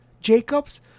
Jacobs